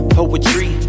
Poetry